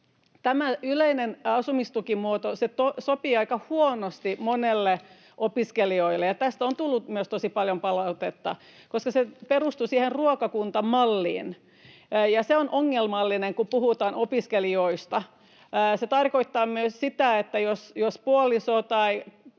Tämä yleinen asumistukimuoto sopii aika huonosti monille opiskelijoille — ja tästä on tullut myös tosi paljon palautetta — koska se perustuu siihen ruokakuntamalliin. Se on ongelmallinen, kun puhutaan opiskelijoista. Se tarkoittaa myös sitä, että jos puoliso tai